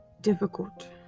difficult